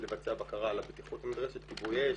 לבצע בקרה על הבטיחות הנדרשת כיבוי אש,